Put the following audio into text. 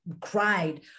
cried